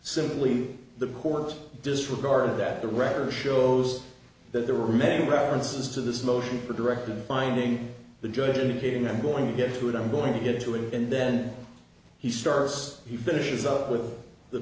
simply the court disregard that the record shows that there were many references to this motion for directed binding the judge indicating i'm going to get to it i'm going to get to it and then he starts he finishes up with the